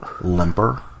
limper